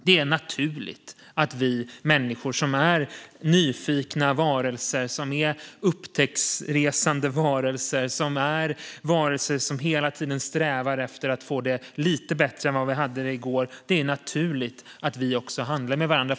Det är naturligt att vi människor, som är nyfikna, upptäcktsresande varelser som hela tiden strävar efter att få det lite bättre än vi hade det i går, också handlar med varandra.